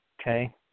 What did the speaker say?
okay